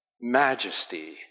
Majesty